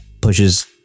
pushes